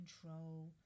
control